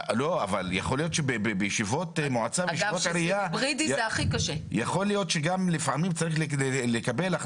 אבל יכול להיות שבשיבות מועצה ובישיבות עירייה לפעמים יותר חשוב